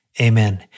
Amen